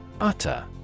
Utter